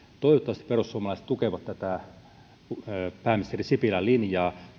toivottavasti perussuomalaiset tukevat pääministeri sipilän linjaa